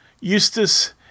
Eustace